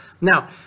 Now